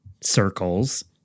circles